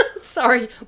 Sorry